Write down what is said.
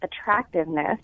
attractiveness